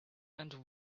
and